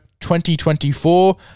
2024